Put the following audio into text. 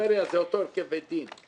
הוא אומר שצפת וטבריה זה אותו הרכב בית דין.